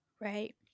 Right